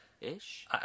ish